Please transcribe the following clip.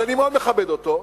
שאני מאוד מכבד אותו,